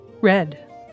red